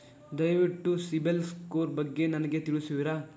ದಯವಿಟ್ಟು ಸಿಬಿಲ್ ಸ್ಕೋರ್ ಬಗ್ಗೆ ನನಗೆ ತಿಳಿಸುವಿರಾ?